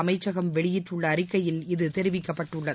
அமைச்சகம் வெளியிட்டுள்ள அறிக்கையில் இது தெரிவிக்கப்பட்டுள்ளது